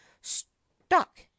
stuck